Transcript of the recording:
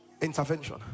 intervention